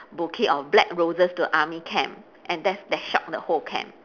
bouquet of black roses to army camp and that's that shocked the whole camp